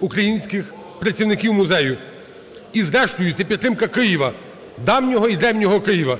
українських працівників музею. І, зрештою, це підтримка Києва – давнього і древнього Києва.